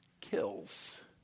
kills